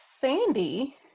Sandy